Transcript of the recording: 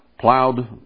plowed